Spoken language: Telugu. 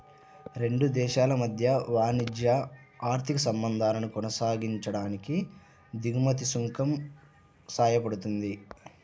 రెండు దేశాల మధ్య వాణిజ్య, ఆర్థిక సంబంధాలను కొనసాగించడానికి దిగుమతి సుంకం సాయపడుతుంది